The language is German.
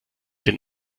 den